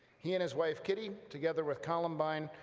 he and his wife, kitty, together with columbine,